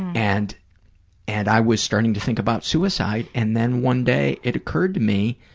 and and i was starting to think about suicide, and then one day it occurred to me,